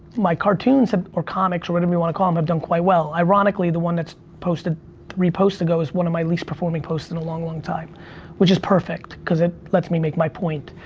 my cartoons or comics or whatever you wanna call them have done quite well. ironically, ironically, the one that's posted three posts ago is one of my least performing posts in a long, long time which is perfect cause it lets me make my point.